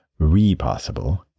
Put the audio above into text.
Repossible